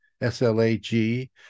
S-L-A-G